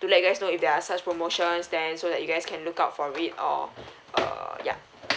to let you guys know if there are such promotions then so that you guys can look out for it or err ya